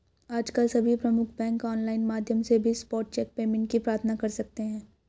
आजकल सभी प्रमुख बैंक ऑनलाइन माध्यम से भी स्पॉट चेक पेमेंट की प्रार्थना कर सकते है